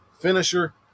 finisher